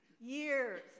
Years